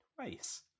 twice